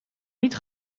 niet